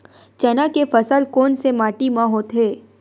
चना के फसल कोन से माटी मा होथे?